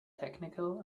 technical